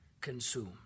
consumed